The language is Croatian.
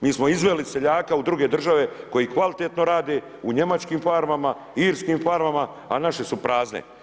Mi smo izveli seljaka u druge države koji kvalitetno rade u njemačkim farmama, irskim farmama, a naše su prazne.